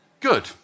Good